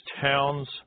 towns